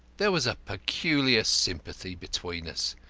there was a peculiar sympathy between us.